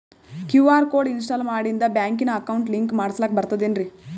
QR code install ಮಾಡಿಂದ ಬ್ಯಾಂಕಿನ account link ಮಾಡಸ್ಲಾಕ ಬರ್ತದೇನ್ರಿ